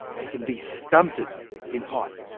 they can be stunted in height.